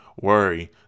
worry